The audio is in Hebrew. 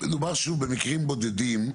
מדובר במקרים בודדים.